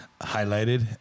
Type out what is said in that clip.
highlighted